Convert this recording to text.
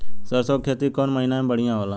सरसों के खेती कौन महीना में बढ़िया होला?